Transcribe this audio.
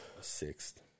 Sixth